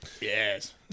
Yes